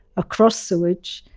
across sewage,